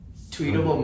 tweetable